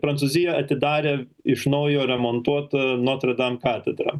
prancūziją atidarė iš naujo remontuot notredam katedrą